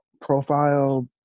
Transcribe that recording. profile